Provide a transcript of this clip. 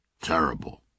terrible